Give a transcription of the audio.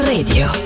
Radio